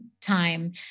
time